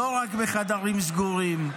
לא רק בחדרים סגורים.